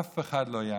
אף אחד לא יאמין.